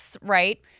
right